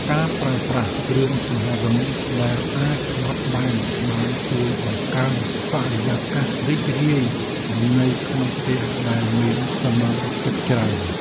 ការប្រើប្រាស់គ្រឿងសង្ហារិមដែលអាចបត់បែនបានជួយបង្កើនបរិយាកាសរីករាយនៅក្នុងផ្ទះដែលមានសមាជិកច្រើន។